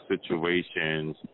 situations